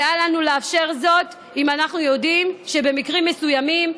ואל לנו לאפשר זאת אם אנחנו יודעים שבמקרים מסוימים,